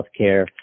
healthcare